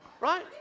Right